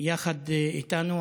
יחד איתנו,